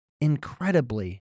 incredibly